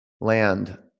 land